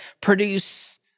produce